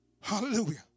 Hallelujah